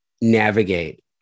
navigate